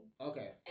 Okay